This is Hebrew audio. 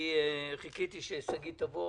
אני חיכיתי ששגית תבוא,